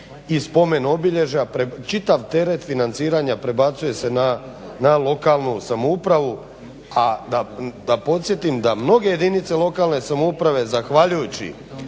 i spomen-obilježja, čitav teret financiranja prebacuje se na lokalnu samoupravu. A da podsjetim da mnoge jedinice lokalne samouprave zahvaljujući